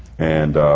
and